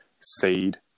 seed